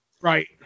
right